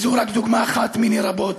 זאת רק דוגמה אחת מני רבות